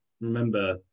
remember